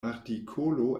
artikolo